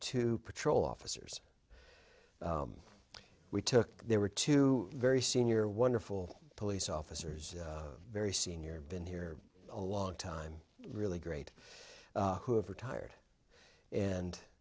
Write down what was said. two patrol officers we took there were two very senior wonderful police officers very senior been here a long time really great who have retired and